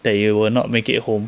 that you will not make it home